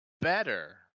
better